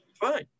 fine